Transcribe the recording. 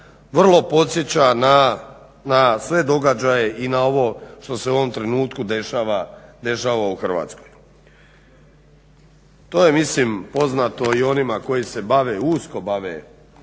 vrlo podsjeća na sve događaje i na ovo što se u ovom trenutku dešava u Hrvatskoj. To je mislim poznato i onima koji se bave, usko bave